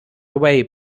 away